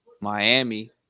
Miami